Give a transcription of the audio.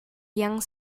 young